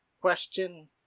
question